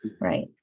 Right